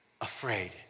afraid